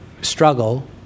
struggle